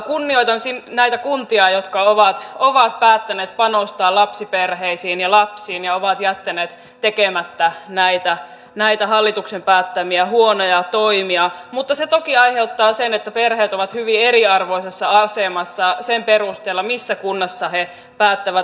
kunnioitan niitä kuntia jotka ovat päättäneet panostaa lapsiperheisiin ja lapsiin ja ovat jättäneet tekemättä näitä hallituksen päättämiä huonoja toimia mutta se toki aiheuttaa sen että perheet ovat hyvin eriarvoisessa asemassa sen perusteella missä kunnassa he päättävät asua